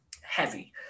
heavy